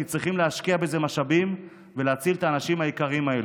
כי צריכים להשקיע בזה משאבים ולהציל את האנשים היקרים האלה.